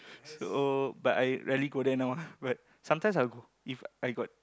so but I rarely go there now ah but sometimes I will go if I got